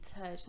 touch